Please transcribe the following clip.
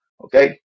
Okay